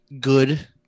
Good